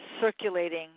circulating